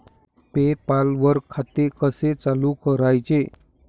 पे पाल वर खाते कसे चालु करायचे